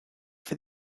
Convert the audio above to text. for